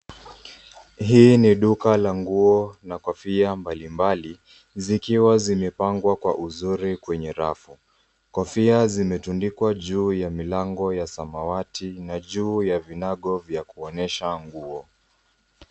Hii ni duka la nguo na kofia mbalimbali zikiwa zimepangwa kwa uzuri kwenye rafu. Kofia zimetundikwa juu ya milango ya samawati na juu ya vinyago vya kuonyesha nguo.